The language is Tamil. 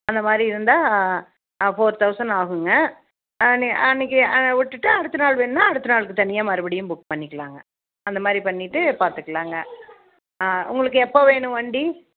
அந்த மாதிரி இருந்தால் ஃபோர் தௌசண்ட் ஆகுமெங்க அன்னி அன்னிக்கி விட்டுட்டு அடுத்த நாள் வேண்ணால் அடுத்த நாளுக்கு தனியாக மறுபடியும் புக் பண்ணிக்கலாங்க அந்த மாதிரி பண்ணிவிட்டு பார்த்துக்கலாங்க ஆ உங்களுக்கு எப்போ வேணும் வண்டி